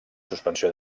suspensió